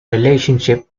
relationship